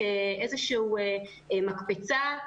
כאיזו מקפצה,